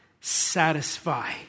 satisfy